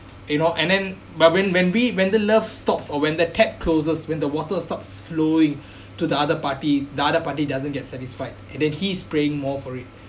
you know and then but when when we when the love stops or when that tap closes when the water stops flowing to the other party the other party doesn't get satisfied and then he's paying more for it